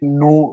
no